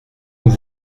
nous